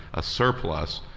a surplus,